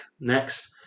next